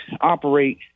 operate